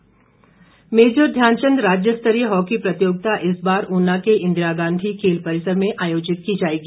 hockey tournament major Dhyanchand राज्य स्तरीय hockey प्रतियोगिता इस बार ऊना के इंदिरा गांधी खेल परिसर में आयोजित की जाएगी